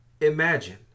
imagine